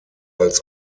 als